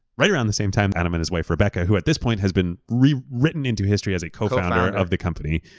right around the same time, adam and his wife rebekah, who at this point has been written into history as a co-founder of the company,